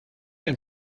and